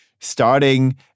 starting